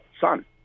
son